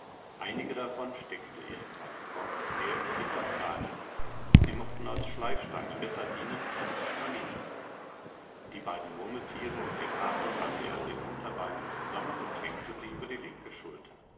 einige davon steckte er in seinen korb quer über die kastanien sie mochten als schleifsteine besser dienen als die granitbrocken die beiden murmeltiere und den hasen band er an den hinterbeinen zusammen und hängte sie über die linke schulter